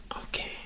Okay